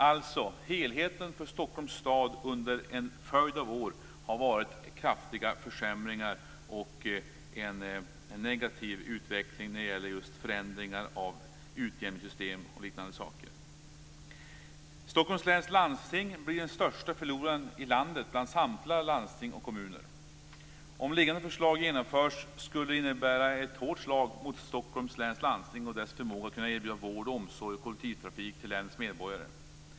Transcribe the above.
Alltså: Helheten för Stockholms stad under en följd av år har varit kraftiga försämringar och en negativ utveckling när det gäller just förändringar av utjämningssystem och liknande saker. Stockholms läns landsting blir den största förloraren i landet bland samtliga landsting och kommuner. Om föreliggande förslag genomförs skulle det innebära ett hårt slag mot Stockholms läns landsting och dess förmåga att erbjuda vård, skola, omsorg och kollektivtrafik till länets medborgare.